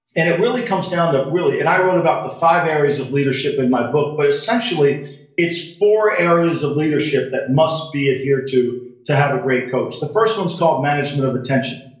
and it really comes down to really, and i wrote about the five areas of leadership in my book, but essentially it's four areas of leadership that must be adhered to to have a great coach the first one is called management of attention,